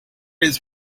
his